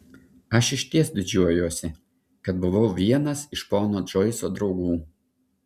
aš išties didžiuojuosi kad buvau vienas iš pono džoiso draugų